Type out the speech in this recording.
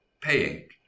paying